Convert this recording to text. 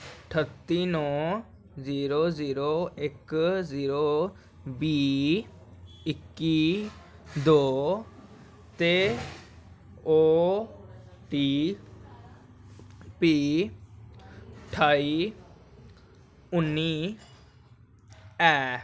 ठत्ती नौ zero zero इक जीरो बीह् इक्की दो ते ओ टी पी ठाई उन्नी ऐ